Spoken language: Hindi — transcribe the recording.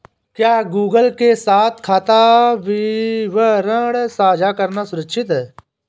क्या गूगल के साथ खाता विवरण साझा करना सुरक्षित है?